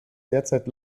derzeit